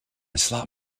slot